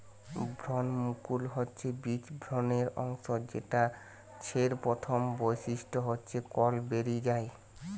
ভ্রূণমুকুল হচ্ছে বীজ ভ্রূণের অংশ যেটা ছের প্রথম বৈশিষ্ট্য হচ্ছে কল বেরি যায়